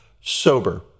sober